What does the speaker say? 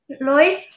Lloyd